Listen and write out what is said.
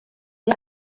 die